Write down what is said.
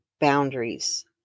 boundaries